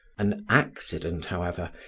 an accident, however,